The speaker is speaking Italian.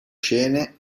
scene